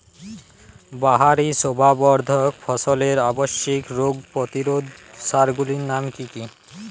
বাহারী শোভাবর্ধক ফসলের আবশ্যিক রোগ প্রতিরোধক সার গুলির নাম কি কি?